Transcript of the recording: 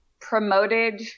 promoted